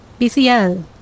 BCL